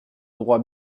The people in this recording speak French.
droit